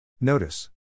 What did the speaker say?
Notice. –